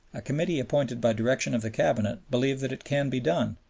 a committee appointed by direction of the cabinet believe that it can be done.